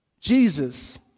Jesus